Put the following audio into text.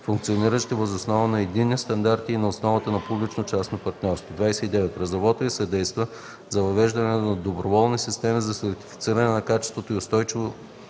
функциониращи въз основа на единни стандарти и на основата на публично-частно партньорство; 29. разработва и съдейства за въвеждането на доброволни системи за сертифициране на качеството и устойчивото